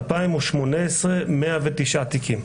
2018 109 תיקים,